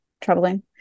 troubling